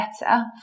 better